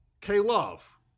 K-Love